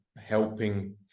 helping